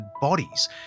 bodies